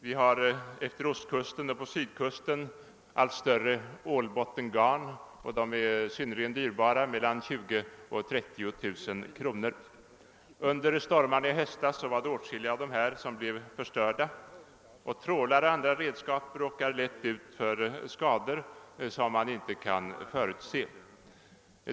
På ostkusten och sydkusten används allt större ålbottengarn. De är synnerligen dyrbara, de större kostar mellan 20 000 och 30 000 kr. Under stormarna i höstas förstördes åtskilliga bottengarn, och trålar och andra redskap råkar lätt ut för skador som inte kan förutses.